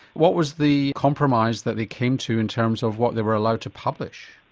what was the compromise that they came to in terms of what they were allowed to publish?